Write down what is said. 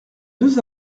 deux